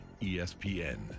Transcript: ESPN